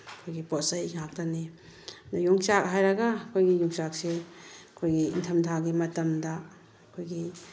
ꯑꯩꯈꯣꯏꯒꯤ ꯄꯣꯠ ꯆꯩ ꯉꯥꯛꯇꯅꯤ ꯑꯗ ꯌꯣꯡꯆꯥꯛ ꯍꯥꯏꯔꯒ ꯑꯩꯈꯣꯏꯒꯤ ꯌꯣꯡꯆꯥꯛꯁꯤ ꯑꯩꯈꯣꯏꯒꯤ ꯏꯪꯊꯝꯊꯥꯒꯤ ꯃꯇꯝꯗ ꯑꯩꯈꯣꯏꯒꯤ